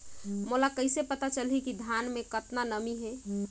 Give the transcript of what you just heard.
मोला कइसे पता चलही की धान मे कतका नमी हे?